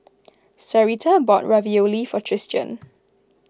Sarita bought Ravioli for Tristian